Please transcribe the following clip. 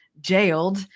jailed